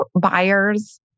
buyers